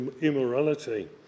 immorality